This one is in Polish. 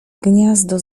gniazdo